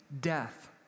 death